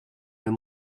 were